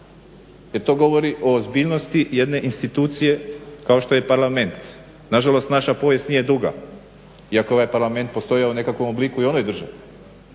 jer to govori o ozbiljnosti jedne institucije kao što je Parlament. Nažalost, naša povijest nije duga iako je ovaj Parlament postojao u nekakvom obliku i u onoj državi,